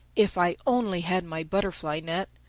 if i only had my butterfly-net!